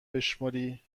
بشمری